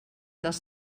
dels